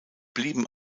blieben